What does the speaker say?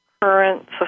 current